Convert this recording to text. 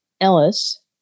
Ellis